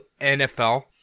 NFL